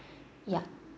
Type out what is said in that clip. yup